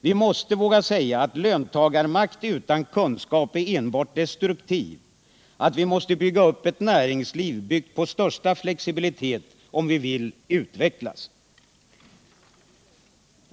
Vi måste våga säga att löntagarmakt "utan kunskap är enbart destruktivt, att vi måste bygga upp ett näringsliv med största möjliga flexibilitet om vi vill utvecklas.